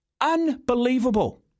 Unbelievable